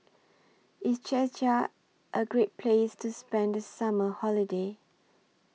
IS Czechia A Great Place to spend The Summer Holiday